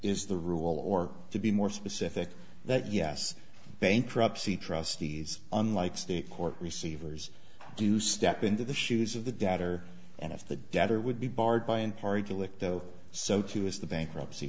is the rule or to be more specific that yes bankruptcy trustees unlike state court receivers do step into the shoes of the debtor and if the debtor would be barred by and party to lick though so too is the bankruptcy